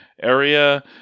area